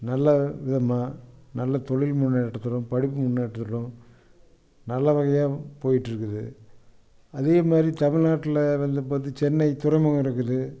நல்ல விதமாக நல்ல தொழில் முன்னேற்றத்திலும் படிப்பு முன்னேற்றத்திலும் நல்ல வகையாக போய்ட்டுருக்குது அதேமாதிரி தமிழ்நாட்டில் வந்து பார்த்து சென்னை துறைமுகம் இருக்குது